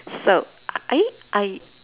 so uh I I